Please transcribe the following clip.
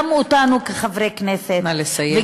גם אותנו כחברי כנסת, נא לסיים.